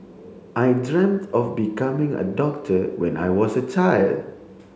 I dreamt of becoming a doctor when I was a child